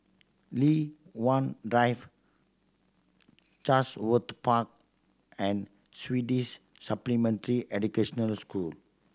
Li Hwan Drive Chatsworth Park and Swedish Supplementary Educational School